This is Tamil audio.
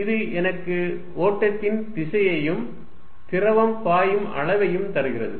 இது எனக்கு ஓட்டத்தின் திசையையும் திரவம் பாயும் அளவையும் தருகிறது